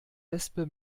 wespe